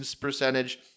percentage